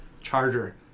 Charger